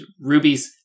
rubies